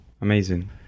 amazing